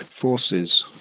forces